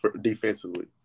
defensively